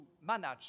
manage